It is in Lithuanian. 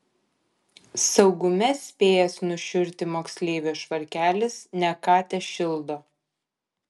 saugume spėjęs nušiurti moksleivio švarkelis ne ką tešildo